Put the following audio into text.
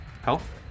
health